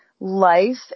Life